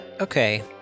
Okay